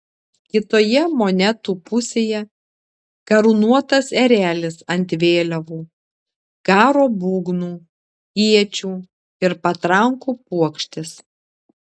kitoje monetų pusėje karūnuotas erelis ant vėliavų karo būgnų iečių ir patrankų puokštės